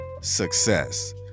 success